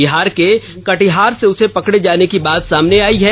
बिहार के कटिहार से उसे पकड़े जाने की बात सामने आई है